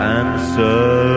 answer